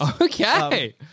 Okay